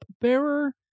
bearer